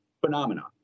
phenomenon